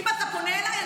אם אתה פונה אליי,